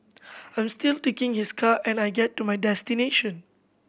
I'm still taking his car and I get to my destination